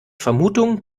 vermutung